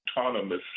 autonomous